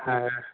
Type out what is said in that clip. हाँ